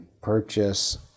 purchase